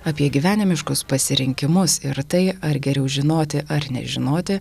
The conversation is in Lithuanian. apie gyvenimiškus pasirinkimus ir tai ar geriau žinoti ar nežinoti